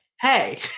hey